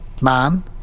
man